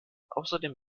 außerdem